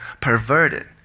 perverted